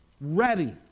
ready